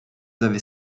avez